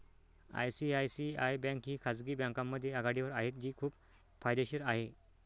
ICICI bank ही खाजगी बँकांमध्ये आघाडीवर आहे जी खूप फायदेशीर आहे